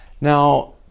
Now